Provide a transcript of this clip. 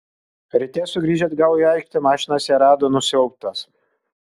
ryte sugrįžę atgal į aikštę mašinas jie rado nusiaubtas